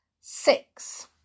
six